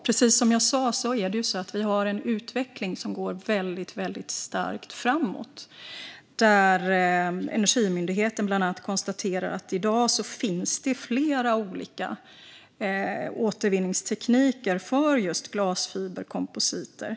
Precis som jag sa har vi en utveckling som går väldigt starkt framåt. Bland annat Energimyndigheten konstaterar att det i dag finns flera olika återvinningstekniker för just glasfiberkompositer.